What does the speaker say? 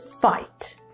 fight